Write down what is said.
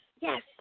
yes